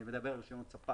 אני מדבר על הספק.